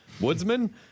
Woodsman